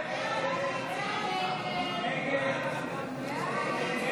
41 בעד, 59 נגד, שני נוכחים.